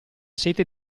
sete